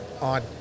on